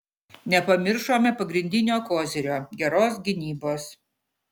nepamiršome pagrindinio kozirio geros gynybos